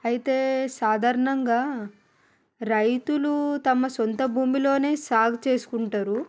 అయితే సాధారణంగా రైతులు తమ సొంత భూమిలోనే సాగు చేసుకుంటారు